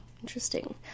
interesting